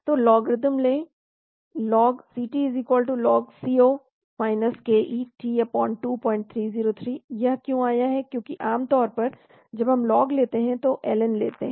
तो logarithm लें log Ct log C0 ke t2303 यह क्यों आया है क्योंकि आम तौर पर जब हम लॉग लेते हैं तो ln लेते हैं फिर 2303 लेते हैं